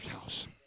house